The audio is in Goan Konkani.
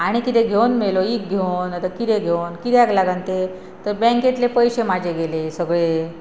आनी किदें घेवन मेलो ईक घेवन आतां किदें घेवन किद्याक लागन ते तर बँकेतले पयशे म्हाजे गेले सगळे